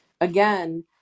again